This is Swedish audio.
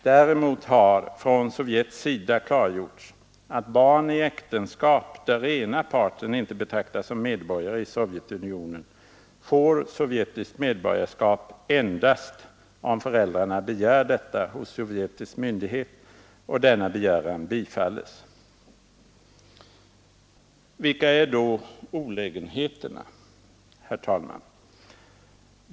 Däremot har från Sovjets sida klargjorts att barn i äktenskap, där ena parten inte betraktas som medborgare i Sovjetunionen, får sovjetiskt medborgarskap endast om föräldrarna begär detta hos sovjetisk myndighet och denna begäran bifalles. Vilka är då olägenheterna, herr talman?